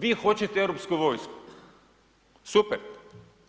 Vi hoćete europsku vojsku, super,